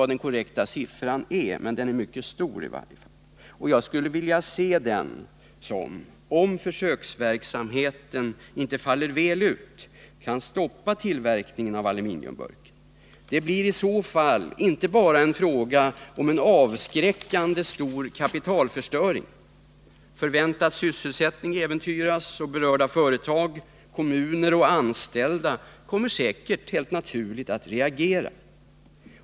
Vad den exakta siffran är vet jag inte, men den är i varje fall mycket hög. Jag skulle vilja se den som —- om försöksverksamheten inte faller väl ut — kan stoppa tillverkningen av aluminiumburken. Följden blir i så fall inte bara en avskräckande stor kapitalförstöring. Förväntad sysselsättning äventyras också, och berörda företag, kommuner och anställda kommer helt naturligt att reagera.